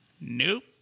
Nope